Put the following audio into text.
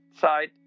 side